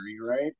right